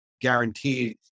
guaranteed